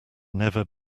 never